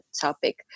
topic